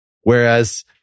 whereas